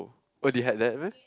oh they had that meh